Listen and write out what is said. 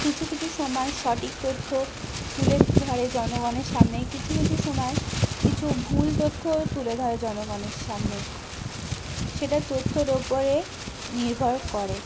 কিছু কিছু সময় সটিক তথ্য তুলে ধরে জনগণের সামনে কিছু কিছু সময় কিছু ভুল তথ্যও তুলে ধরে জনগণের সামনে সেটা তথ্যর ওপরে নির্ভর করে